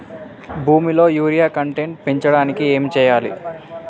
భూమిలో urea content పెంచడానికి ఏం చేయాలి?